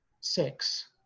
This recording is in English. six